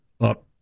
up